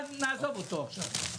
אבל נעזוב אותו עכשיו.